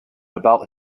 about